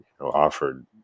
offered